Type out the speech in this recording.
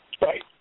right